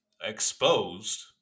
exposed